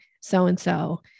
so-and-so